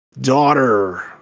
Daughter